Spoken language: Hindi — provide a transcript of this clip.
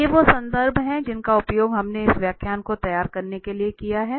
ये वे संदर्भ हैं जिनका उपयोग हमने इन व्याख्यानों को तैयार करने के लिए किया है